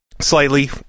slightly